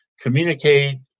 communicate